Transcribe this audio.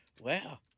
Wow